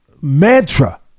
mantra